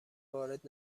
وارد